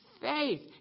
faith